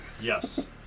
Yes